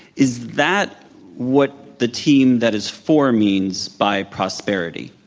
is that what the team that is for means by prosperity?